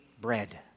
bread